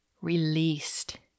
released